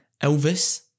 Elvis